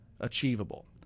achievable